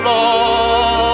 Lord